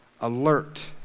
alert